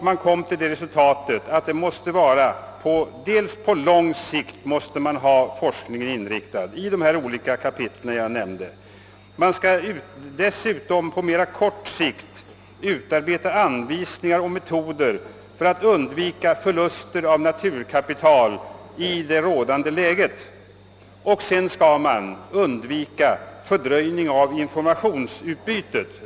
Man kom till det resultatet att man måste dels ha forskningen inriktad på lång sikt berörande de olika områden som kapitelrubrikerna utvisade, dels också på mera kort sikt utarbeta anvisningar och metoder för att undvika förluster av naturkapital i det rådande läget. Vidare skall man undvika fördröjning av informationsutbyte.